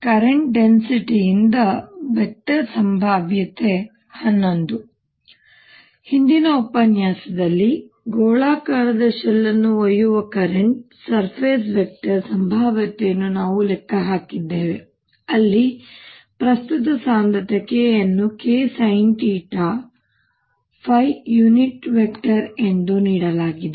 current density ಯಿಂದ vector ಸಂಭಾವ್ಯತೆ 11 ಹಿಂದಿನ ಉಪನ್ಯಾಸದಲ್ಲಿ ಗೋಳಾಕಾರದ ಶೆಲ್ ಅನ್ನು ಒಯ್ಯುವ ಕರಂಟ್ ಸರ್ಫೆಸ್ ವೆಕ್ಟರ್ ಸಂಭಾವ್ಯತೆಯನ್ನು ನಾವು ಲೆಕ್ಕ ಹಾಕಿದ್ದೇವೆ ಅಲ್ಲಿ ಪ್ರಸ್ತುತ ಸಾಂದ್ರತೆ K ಅನ್ನು Ksinθ ಯೂನಿಟ್ ವೆಕ್ಟರ್ ಎಂದು ನೀಡಲಾಗಿದೆ